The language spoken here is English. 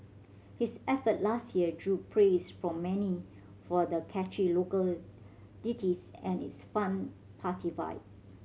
his effort last year drew praise from many for the catchy local ditties and its fun party vibe